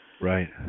Right